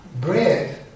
bread